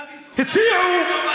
הציעו,